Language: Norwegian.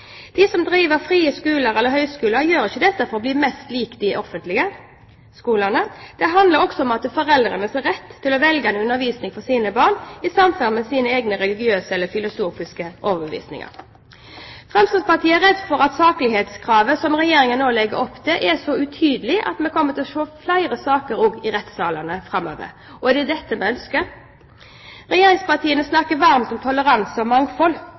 De som driver frie skoler eller høyskoler, gjør ikke dette for å bli mest mulig lik den offentlige skole. Dette handler også om foreldres rett til å velge undervisning for sine barn i samsvar med sin egen religiøse eller filosofiske overbevisning. Fremskrittspartiet er redd for at saklighetskravet som Regjeringen nå legger opp til, er så utydelig at vi kommer til å få flere saker i rettssalene framover. Er det dette vi ønsker? Regjeringspartiene snakker varmt om toleranse og mangfold.